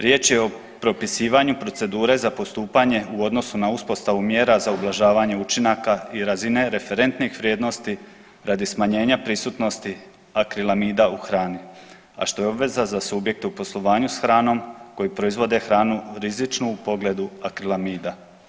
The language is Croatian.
Riječ je o propisivanju procedure za postupanje u odnosu na uspostavu mjera za ublažavanje učinaka i razine referentnih vrijednosti radi smanjenja prisutnosti akrilamida u hrani, a što je obveza za subjekte u poslovanju hranom koji proizvode hranu rizičnu u pogledu akrilamida.